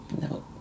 No